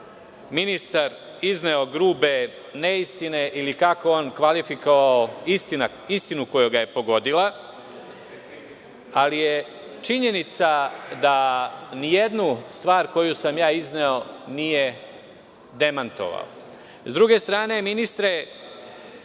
ministar izneo grube neistine ili, kako je on kvalifikovao – istinu koja ga je pogodila, ali je činjenica da nijednu stvar koju sam ja izneo nije demantovao. S druge strane, ministre,